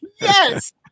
Yes